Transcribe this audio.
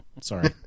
Sorry